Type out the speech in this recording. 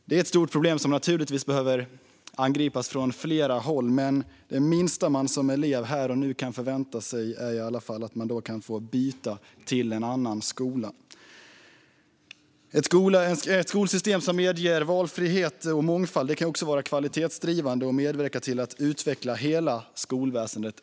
Det är ett stort problem som naturligtvis behöver angripas från flera håll, men det minsta man som elev här och nu kan förvänta sig är i alla fall att man då kan få byta till en annan skola. Ett skolsystem som medger valfrihet och mångfald kan även vara kvalitetsdrivande och medverka till att utveckla hela skolväsendet.